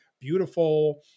beautiful